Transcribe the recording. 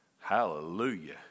Hallelujah